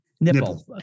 nipple